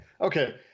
Okay